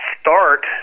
start